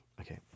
Okay